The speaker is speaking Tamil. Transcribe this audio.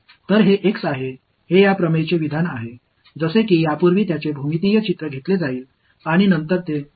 எனவே இது x இது தேற்றத்தின் கூற்று முதலில் ஒரு வடிவியல் படத்தை எடுத்து பின்னர் அதை எவ்வாறு நிரூபிப்பது என்று பாருங்கள்